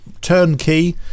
turnkey